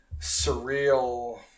surreal